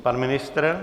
Pan ministr?